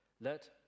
Let